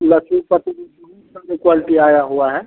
लक्ष्मीपति में बहुत सारी क्वालटी आया हुआ है